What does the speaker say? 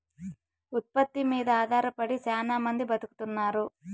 ఉత్పత్తి మీద ఆధారపడి శ్యానా మంది బతుకుతున్నారు